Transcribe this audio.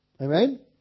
Amen